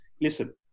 Listen